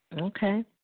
Okay